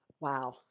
Wow